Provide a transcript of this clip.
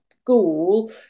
school